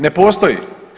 Ne postoji.